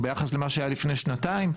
ביחס למה שהיה לפני שנתיים.